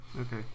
Okay